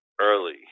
early